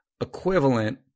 equivalent